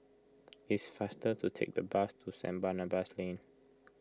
it's faster to take the bus to St Barnabas Lane